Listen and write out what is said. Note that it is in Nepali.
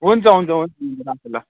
हुन्छ हुन्छ हवस् राखेँ ल